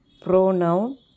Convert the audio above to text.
pronoun